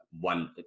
one